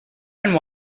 and